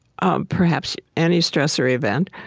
um perhaps any stress or event,